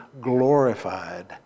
glorified